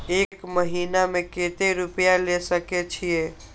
एक महीना में केते रूपया ले सके छिए?